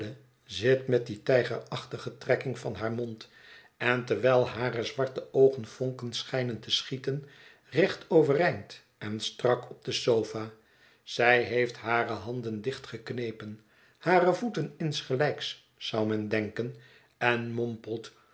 zit met die tijgerachtige trekking van haar mond en terwijl hare zwarte oogen vonken schijnen te schieten recht overeind en strak op de sofa zij heeft hare handen dicht geknepen hare voeten insgelijks zou men denken en mompelt